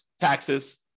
taxes